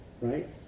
right